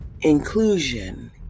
inclusion